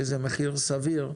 שזה מחיר סביר,